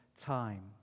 time